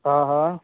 हा हा